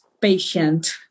patient